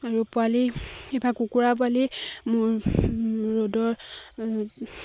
আৰু পোৱালি এবাৰ কুকুৰা পোৱালি মোৰ ৰ'দৰ